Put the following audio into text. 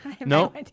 No